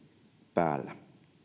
päällä